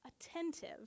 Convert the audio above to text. Attentive